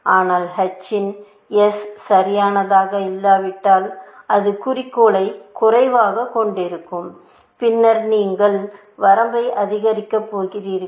ஆனால் h இன் s சரியானதாக இல்லாவிட்டால் அது குறிக்கோளைக் குறைவாகக் கொண்டிருக்கும் பின்னர் நீங்கள் வரம்பை அதிகரிக்கப் போகிறீர்கள்